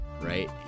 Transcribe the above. right